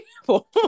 people